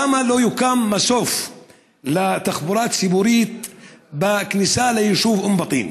למה לא יוקם מסוף לתחבורה ציבורית בכניסה ליישוב אום-בטין?